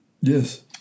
Yes